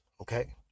Okay